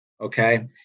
Okay